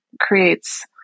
creates